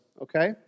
Okay